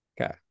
Okay